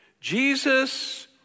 Jesus